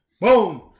Boom